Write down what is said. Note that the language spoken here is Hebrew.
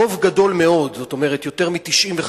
רוב גדול מאוד, זאת אומרת יותר מ-95%.